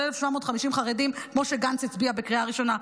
1,750 חרדים כמו שגנץ הצביע בקריאה ראשונה.